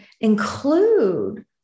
include